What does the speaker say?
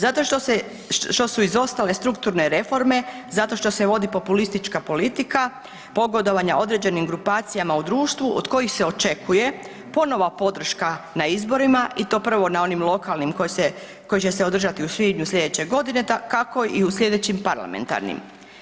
Zato što se, što su izostale strukturne reforme, zato što se vodi populistička politika pogodovanja određenim grupacijama u društvu od kojih se očekuje ponovna podrška na izborima i to prvo na onim lokalnim koji se, koji će se održati u svibnju slijedeće godine, kako i u slijedećim parlamentarnim.